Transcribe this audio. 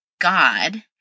God